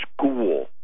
school